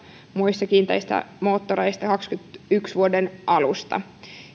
muissa kiinteissä moottoreissa vuoden kaksikymmentäyksi alusta